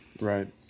Right